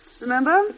Remember